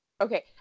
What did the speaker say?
Okay